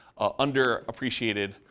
underappreciated